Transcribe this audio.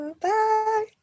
Bye